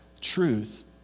truth